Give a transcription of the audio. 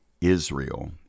Israel